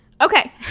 Okay